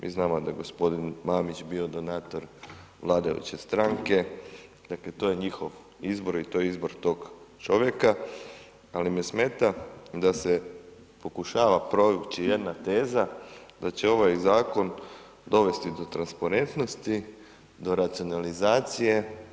Mi znamo da je g. Mamić bio donator vladajuće stranke, dakle, to je njihov izbor i to je izbor tog čovjeka, ali me smeta da se pokušava provući jedna teza da će ovaj zakon dovesti do transparentnosti, do racionalizacije.